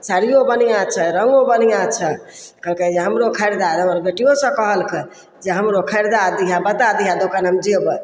साड़ियो बढ़िआँ छै रङ्गो बढ़िआँ छै कहलकै जे हमरो खरीदा दै हमर बेटियो सभ कहलकै जे हमरो खरीदा दिहऽ बता दिहऽ दोकान हम जेबय